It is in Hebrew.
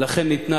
לכן ניתנו